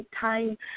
time